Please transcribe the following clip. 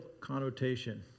connotation